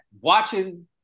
watching